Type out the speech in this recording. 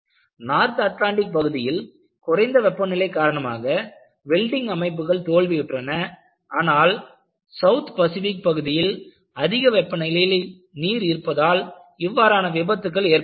north Atlantic பகுதியில் குறைந்த வெப்பநிலை காரணமாக வெல்டிங் அமைப்புகள் தோல்வியுற்றன ஆனால் சவுத் பசிபிக் பகுதியில் அதிக வெப்ப நிலையில் நீர் இருப்பதால் இவ்வாறான விபத்துக்கள் ஏற்படவில்லை